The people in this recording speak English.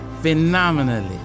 phenomenally